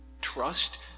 trust